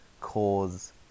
cause